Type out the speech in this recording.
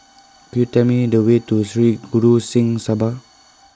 Could YOU Tell Me The Way to Sri Guru Singh Sabha